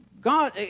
God